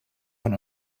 von